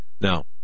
Now